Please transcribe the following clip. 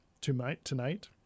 tonight